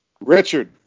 Richard